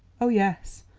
oh, yes,